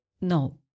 No